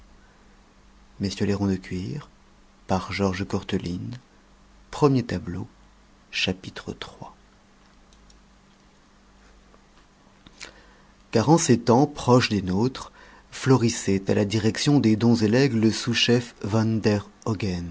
dossier car en ces temps proches des nôtres florissait à la direction des dons et legs le sous-chef van der